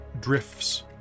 drifts